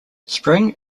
spring